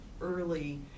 early